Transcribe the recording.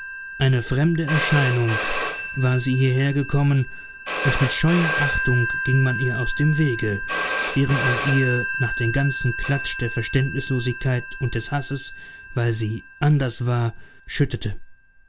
eine fremde erscheinung war sie hierhergekommen und mit scheuer achtung ging man ihr aus dem wege während man ihr nach den ganzen klatsch der verständnislosigkeit und des hasses weil sie anders war schüttete